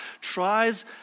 tries